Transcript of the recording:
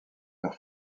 terre